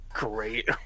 great